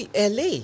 LA